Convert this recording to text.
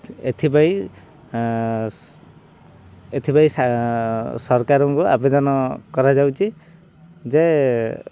ଏଥିପାଇଁ ଏଥିପାଇଁ ସରକାରଙ୍କୁ ଆବେଦନ କରାଯାଉଛି ଯେ